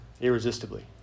irresistibly